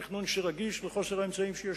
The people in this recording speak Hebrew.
תכנון שרגיש לחוסר האמצעים הקיים.